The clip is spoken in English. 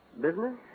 Business